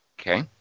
Okay